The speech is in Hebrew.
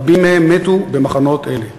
רבים מהם מתו במחנות אלה.